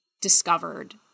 discovered